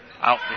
Out